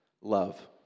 love